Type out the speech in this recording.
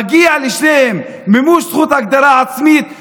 מגיע לשניהם מימוש זכות הגדרה עצמית.